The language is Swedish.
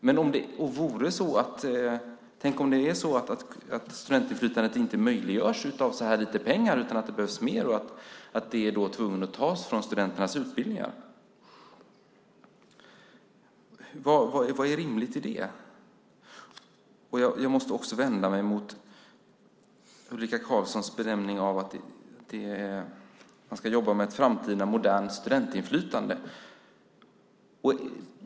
Men tänk om studentinflytandet inte möjliggörs av så här lite pengar utan att det behövs mer och att man då är tvungen att ta från studenternas utbildningar! Vad är rimligt i det? Jag måste också vända mig mot Ulrika Carlssons benämning, att man ska jobba med ett framtida modernt studentinflytande.